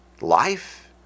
life